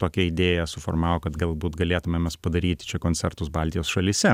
tokią idėją suformavo kad galbūt galėtumėm mes padaryt čia koncertus baltijos šalyse